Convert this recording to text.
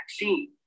vaccine